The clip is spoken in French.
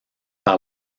par